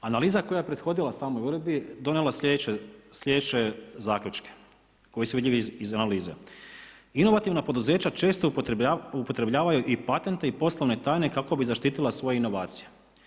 Analiza koja je prethodila samoj uredbi donijela je sljedeće zaključke koji su vidljivi iz analize, inovativna poduzeća često upotrebljavaju i patentne i poslovne tajne kako bi zaštitila svoje inovacije.